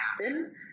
happen